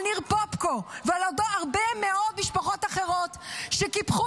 על ניר פופקו ועל עוד הרבה מאוד משפחות אחרות שקיפחו